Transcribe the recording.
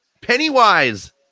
Pennywise